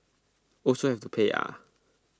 also have to pay ah